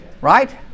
right